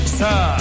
sir